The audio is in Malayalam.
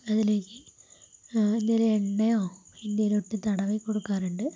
അതിലേക്ക് എന്തെങ്കിലും എണ്ണയോ എന്തേലും ഇട്ട് തടവി കൊടുക്കാറുണ്ട്